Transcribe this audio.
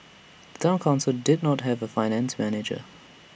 Town Council did not have A finance manager